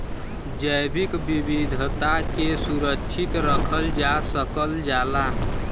जैविक विविधता के सुरक्षित रखल जा सकल जाला